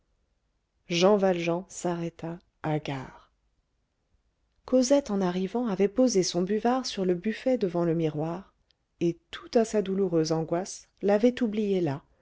jean valjean s'arrêta hagard cosette en arrivant avait posé son buvard sur le buffet devant le miroir et toute à sa douloureuse angoisse l'avait oublié là